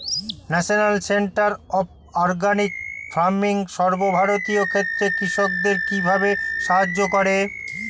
National centre of organic farming সর্বভারতীয় ক্ষেত্রে কৃষকদের কিভাবে সাহায্য করে?